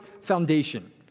foundation